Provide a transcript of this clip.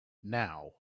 now